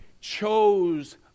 chose